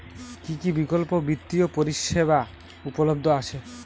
কী কী বিকল্প বিত্তীয় পরিষেবা উপলব্ধ আছে?